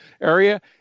area